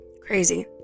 crazy